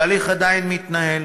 התהליך עדיין מתנהל